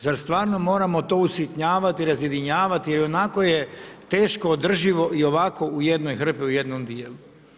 Zar stvarno moramo to usitnjavati, razjedinjavati, jer ionako je teško održivo i ovako u jednoj hrpi u jednom dijelu.